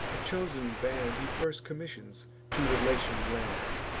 a chosen band he first commissions to the latian land,